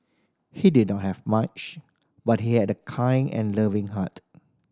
he did not have much but he had a kind and loving heart